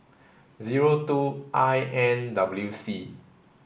zero two I N W C